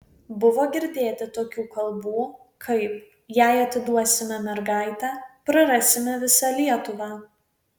buvo girdėti tokių kalbų kaip jei atiduosime mergaitę prarasime visą lietuvą